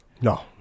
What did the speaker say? No